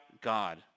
God